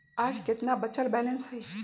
आज केतना बचल बैलेंस हई?